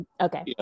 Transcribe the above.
okay